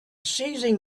seizing